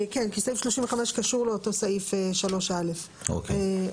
כן, כי סעיף 35 קשור לאותו סעיף 3א. אוקיי.